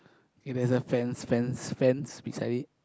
if there's a fence fence fence beside it